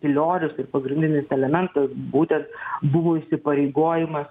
piliorius ir pagrindinis elementas būtent buvo įsipareigojimas